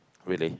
really